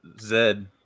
Zed